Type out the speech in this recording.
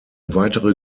weitere